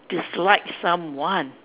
dislike someone